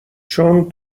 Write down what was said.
چون